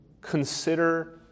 Consider